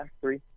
three